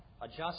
Adjust